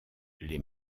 les